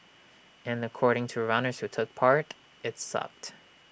and according to runners who took part IT sucked